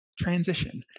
Transition